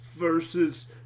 versus